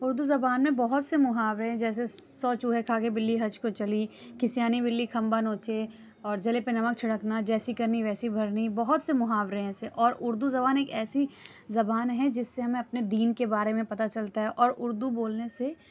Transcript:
اُردو زبان میں بہت سے محاورے ہیں جیسے سو چوہے کھا کے بلّی حج کو چلی کہ سیانی بلّی کھمبا نوچے اور جلے پر نمک چھڑکنا جیسی کرنی ویسی بھرنی بہت سے محاورے ہیں ایسے اور اُردو زبان ایک ایسی زبان ہے جس سے ہمیں اپنے دین کے بارے میں پتہ چلتا ہے اور اُردو بولنے سے